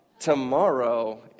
tomorrow